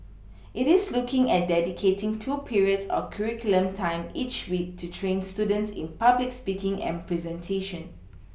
it is looking at dedicating two periods of curriculum time each week to train students in public speaking and presentation